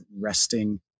resting